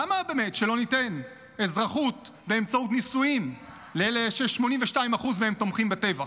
למה באמת שלא ניתן אזרחות באמצעות נישואים לאלה ש-82% מהם תומכים בטבח?